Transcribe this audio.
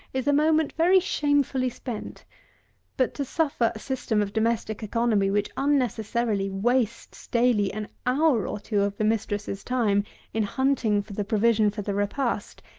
is a moment very shamefully spent but, to suffer a system of domestic economy, which unnecessarily wastes daily an hour or two of the mistress's time in hunting for the provision for the repast,